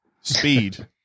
Speed